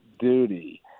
duty